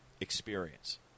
experience